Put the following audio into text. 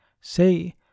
say